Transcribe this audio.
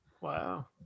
Wow